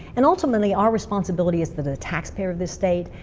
and ultimately, our responsibility is to the tax payer of this state.